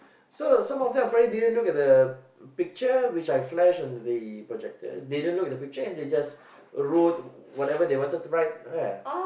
so some of them apparently didn't look at the the picture which I flash on the projector they don't look at the picture and they just wrote whatever they wanted to write